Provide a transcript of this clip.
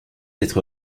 être